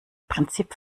prinzip